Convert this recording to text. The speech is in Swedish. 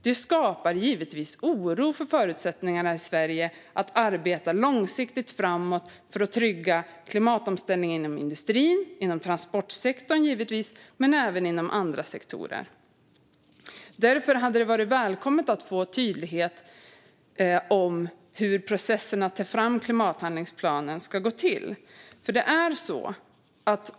Detta skapar givetvis oro för förutsättningarna i Sverige när det gäller att arbeta långsiktigt framåt för att trygga klimatomställningen inom industrin, transportsektorn och andra sektorer. Därför hade det varit välkommet att få tydlighet om hur processen att ta fram klimathandlingsplanen ska gå till.